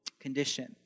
condition